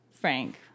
Frank